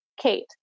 Kate